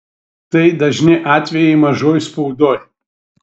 tai dažni atvejai mažoj spaudoj